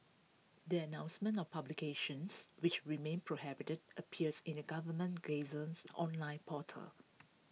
the announcement of publications which remain prohibited appears in the government Gazette's online portal